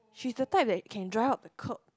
she's the type that can drive up curb